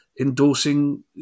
endorsing